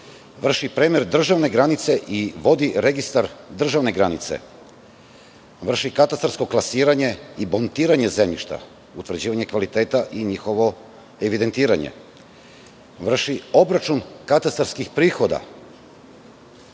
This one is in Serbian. vrši premer državne granice i vodi registar državne granice, vrši katastarsko klasiranje i bonitiranje zemljišta, utvrđivanje kvaliteta i njihovo evidentiranje, vrši obračun katastarskih prihoda,